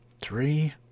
three